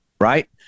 right